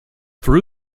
through